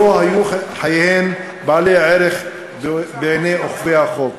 לו היו חייהן בעלי ערך בעיני אוכפי החוק.